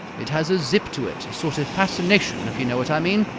it has a zip to it. a sort of fascination, if you know what i mean.